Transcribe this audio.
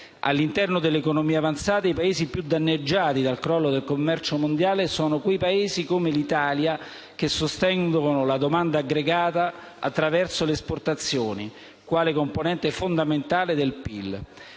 All'interno dell'economie avanzate, i più danneggiati dal crollo del commercio mondiale sono quei Paesi, come l'Italia, che sostengono la domanda aggregata attraverso le esportazioni, quale componente fondamentale del PIL.